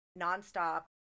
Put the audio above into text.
nonstop